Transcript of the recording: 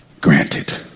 granted